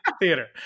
theater